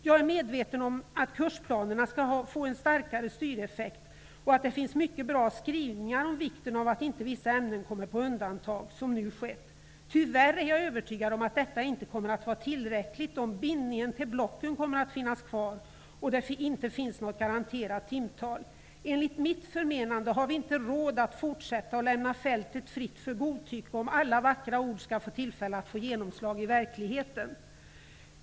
Jag är medveten om att kursplanerna skall få en starkare styreffekt och att det finns mycket bra skrivningar om vikten av att inte vissa ämnen kommer på undantag, som nu skett. Tyvärr är jag övertygad om att detta inte kommer att vara tillräckligt, om bindningen till blocken kommer att finnas kvar och det inte finns något garanterat timtal. Enligt mitt förmenande har vi inte råd att fortsätta att lämna fältet fritt för godtycke, om alla vackra ord skall få tillfälle att få genomslag i verkligheten.